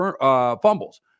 fumbles